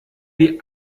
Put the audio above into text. die